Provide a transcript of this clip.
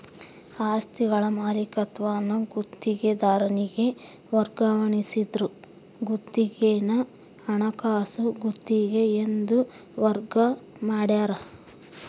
ಆಸ್ತಿಗಳ ಮಾಲೀಕತ್ವಾನ ಗುತ್ತಿಗೆದಾರನಿಗೆ ವರ್ಗಾಯಿಸಿದ್ರ ಗುತ್ತಿಗೆನ ಹಣಕಾಸು ಗುತ್ತಿಗೆ ಎಂದು ವರ್ಗ ಮಾಡ್ಯಾರ